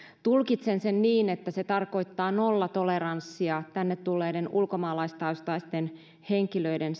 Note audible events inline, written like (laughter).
tulkitsen sen niin että se tarkoittaa nollatoleranssia tänne tulleiden ulkomaalaistaustaisten henkilöiden (unintelligible)